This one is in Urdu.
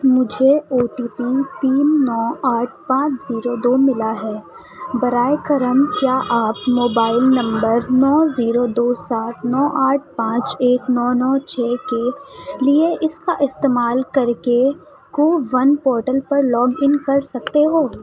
مجھے او ٹی پی تین نو آٹھ پانچ زیرو دو ملا ہے برائے کرم کیا آپ موبائل نمبر نو زیرو دو سات نو آٹھ پانچ ایک نو نو چھ کے لیے اس کا استعمال کر کے کوون پورٹل پر لاگ ان کر سکتے ہو